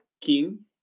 King